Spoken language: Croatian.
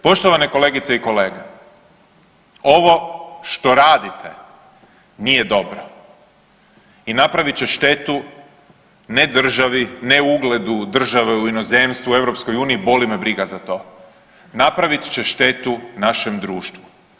Poštovane kolegice i kolege, ovo što radite nije dobro i napravit će štetu ne državi, ne ugledu države u inozemstvu u EU boli me briga za to, napravit će štetu našem društvu.